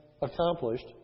accomplished